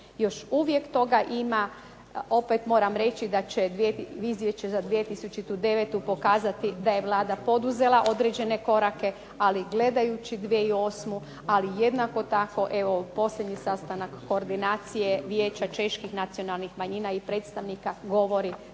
Još uvijek toga ima, opet mora reći da za izvješće za 2009. pokazati da je Vlada poduzela određene korake, ali gledajući 2008. ali jednako tako evo posljednji sastanak koordinacije Vijeća Čeških nacionalnih manjina i predstavnika govori